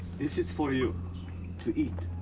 this is for you to eat.